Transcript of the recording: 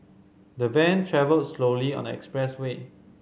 the van travelled slowly on the expressway